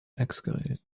excavated